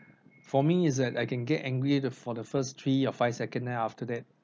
for me is that I can get angry the for the first three or five second then after that